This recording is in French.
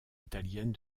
italienne